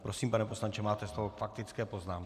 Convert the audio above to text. Prosím, pane poslanče, máte slovo k faktické poznámce.